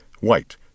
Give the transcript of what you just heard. white